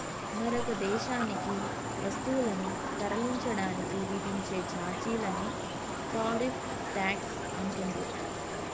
మరొక దేశానికి వస్తువులను తరలించడానికి విధించే ఛార్జీలనే టారిఫ్ ట్యేక్స్ అంటుండ్రు